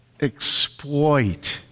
exploit